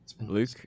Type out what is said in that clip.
luke